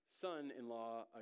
son-in-law